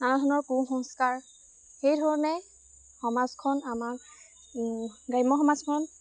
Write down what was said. নানা ধৰণৰ কুসংস্কাৰ সেইধৰণে সমাজখন আমাৰ গ্ৰাম্য সমাজখন